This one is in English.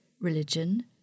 religion